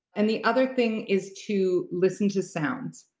and the other thing is to listen to sounds.